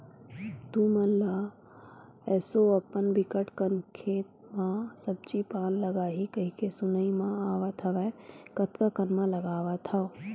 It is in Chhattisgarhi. तुमन ल एसो अपन बिकट कन खेत म सब्जी पान लगाही कहिके सुनाई म आवत हवय कतका कन म लगावत हव?